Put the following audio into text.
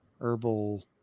herbal